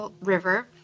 River